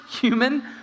human